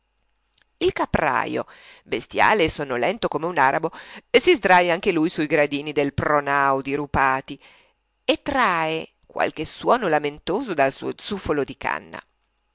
il caprajo bestiale e sonnolento come un arabo si sdraja anche lui sui gradini del pronao dirupati e trae qualche suono lamentoso dal suo zufolo di canna